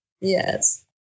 Yes